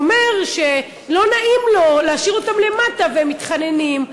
שלא נעים לו להשאיר אותם למטה והם מתחננים.